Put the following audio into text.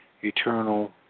eternal